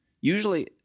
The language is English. Usually